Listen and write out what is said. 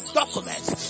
documents